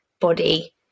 body